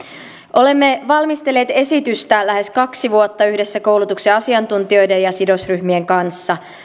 olemme valmistelleet esitystä lähes kaksi vuotta yhdessä koulutuksen asiantuntijoiden ja sidosryhmien kanssa